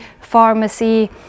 pharmacy